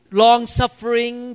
long-suffering